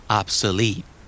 obsolete